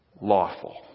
lawful